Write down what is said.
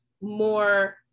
more